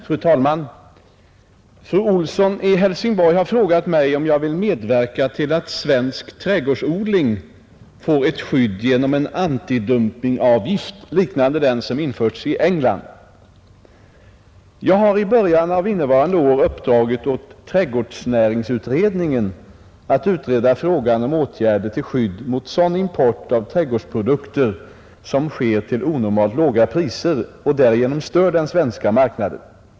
Fru talman! Fru Olsson i Helsingborg har frågat mig om jag vill medverka till att svensk trädgårdsodling får ett skydd genom en antidumpingavgift, liknande den som införts i England. Jag har i början av innevarande år uppdragit åt trädgårdsnäringsutredningen att utreda frågan om åtgärder till skydd mot sådan import av trädgårdsprodukter som sker till onormalt låga priser och därigenom stör den svenska marknaden.